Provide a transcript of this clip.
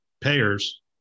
payers